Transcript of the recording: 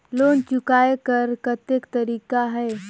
Loan चुकाय कर कतेक तरीका है?